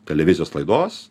televizijos laidos